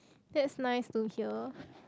that's nice to hear